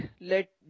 let